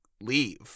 leave